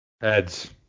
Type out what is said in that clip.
Heads